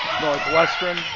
Northwestern